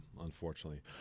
unfortunately